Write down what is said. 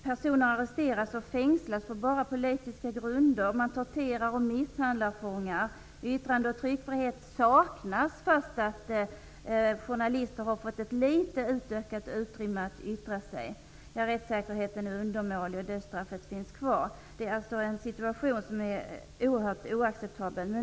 Personer arresteras och fängslas på endast politiska grunder, och man torterar och misshandlar fångar. Yttrandeoch tryckfrihet saknas, även om journalister har fått ett litet utökat utrymme för att yttra sig. Rättssäkerheten är undermålig, och dödsstraffet finns kvar. Situationen är alltså helt oacceptabel.